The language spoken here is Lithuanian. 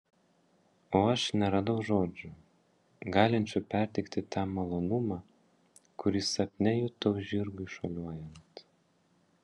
o aš neradau žodžių galinčių perteikti tą malonumą kurį sapne jutau žirgui šuoliuojant